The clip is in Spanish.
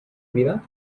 vida